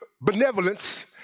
benevolence